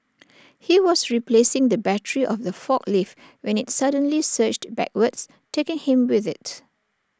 he was replacing the battery of the forklift when IT suddenly surged backwards taking him with IT